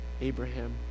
Abraham